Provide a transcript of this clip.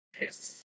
Yes